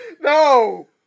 No